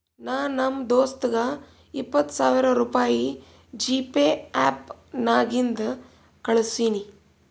ನಾ ನಮ್ ದೋಸ್ತಗ ಇಪ್ಪತ್ ಸಾವಿರ ರುಪಾಯಿ ಜಿಪೇ ಆ್ಯಪ್ ನಾಗಿಂದೆ ಕಳುಸಿನಿ